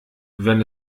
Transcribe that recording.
wenn